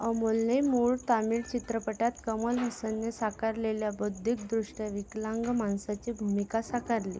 अमोलने मूळ तमिळ चित्रपटात कमल हसनने साकारलेल्या बौद्धिकदृष्ट्या विकलांग माणसाची भूमिका साकारली